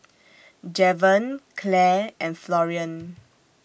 Javen Clair and Florian